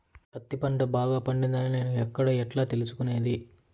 పత్తి పంట బాగా పండిందని నేను ఎక్కడ, ఎట్లా తెలుసుకునేది?